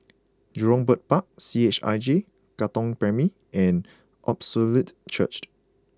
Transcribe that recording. Jurong Bird Park C H I J Katong Primary and Apostolic Churched